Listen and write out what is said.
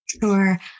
Sure